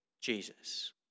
Jesus